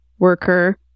Worker